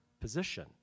position